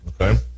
Okay